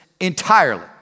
entirely